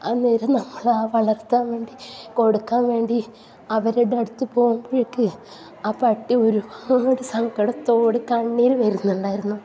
അന്നേരം നമ്മൾ ആ വളർത്താൻ വേണ്ടി കൊടുക്കാൻ വേണ്ടി അവരുടെ അടുത്ത് പോകുമ്പോഴേക്ക് ആ പട്ടി ഒരുപാട് സങ്കടത്തോടെ കണ്ണീർ വരുന്നുണ്ടായിരുന്നു